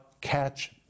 catch